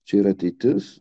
čia yra ateitis